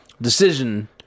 decision